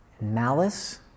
malice